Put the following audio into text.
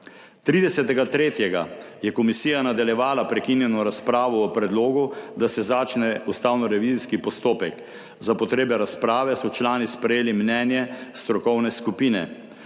3. je komisija nadaljevala prekinjeno razpravo o predlogu, da se začne ustavnorevizijski postopek. Za potrebe razprave so člani sprejeli mnenje strokovne skupine.